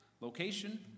Location